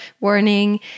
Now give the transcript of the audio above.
warning